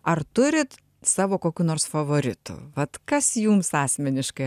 ar turit savo kokių nors favoritų vat kas jums asmeniškai